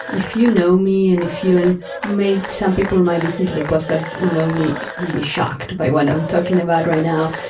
if you know me and if you, and some people might listen to the podcast who know me, will be shocked by what i'm talking about right now.